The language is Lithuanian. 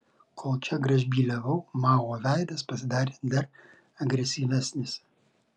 kol čia gražbyliavau mao veidas pasidarė dar agresyvesnis